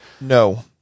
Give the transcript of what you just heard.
No